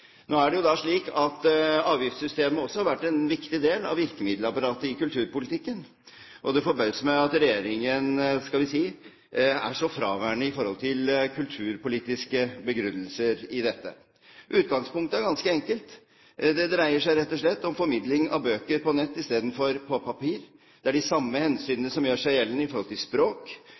Nå er det jo slik at avgiftssystemet også har vært en viktig del av virkemiddelapparatet i kulturpolitikken, og det forbauser meg at regjeringen – skal vi si – er så fraværende i forhold til kulturpolitiske begrunnelser i dette. Utgangspunktet er ganske enkelt. Det dreier seg rett og slett om formidling av bøker på nett istedenfor på papir. Det er de samme hensynene som gjør seg gjeldende i forhold til språk,